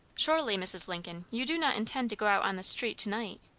surely, mrs. lincoln, you do not intend to go out on the street to-night?